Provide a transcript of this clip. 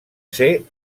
ser